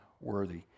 worthy